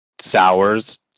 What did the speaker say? sours